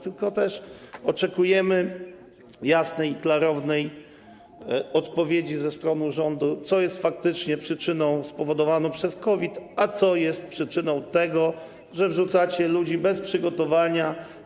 Tylko też oczekujemy jasnej i klarownej odpowiedzi ze strony rządu, co jest faktycznie spowodowane przez COVID, a co jest przyczyną tego, że wrzucacie ludzi bez przygotowania.